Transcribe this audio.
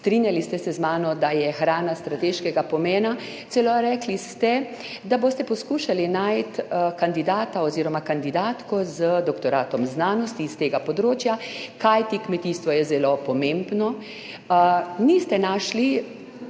Strinjali ste se z mano, da je hrana strateškega pomena; celo rekli ste, da boste poskušali najti kandidata oziroma kandidatko z doktoratom znanosti s tega področja, kajti kmetijstvo je zelo pomembno. Niste našli